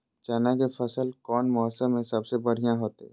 चना के फसल कौन मौसम में सबसे बढ़िया होतय?